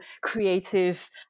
creative